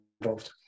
involved